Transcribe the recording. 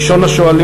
ראשון השואלים,